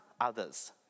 others